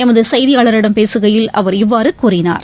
எமதுசெய்தியாளரிடம் பேசுகையில் அவர் இவ்வாறுகூறினார்